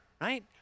right